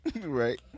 Right